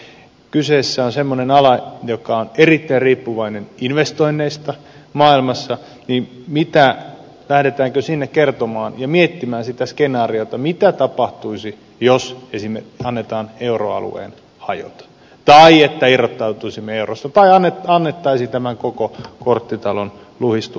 kun kyseessä on semmoinen ala joka on erittäin riippuvainen investoinneista maailmassa niin lähdetäänkö sinne kertomaan ja miettimään sitä skenaariota mitä tapahtuisi jos esimerkiksi annetaan euroalueen hajota tai irrottautuisimme eurosta tai annettaisiin tämän koko korttitalon luhistua